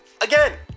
again